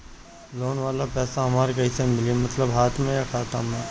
Loan वाला पैसा हमरा कइसे मिली मतलब हाथ में या खाता में?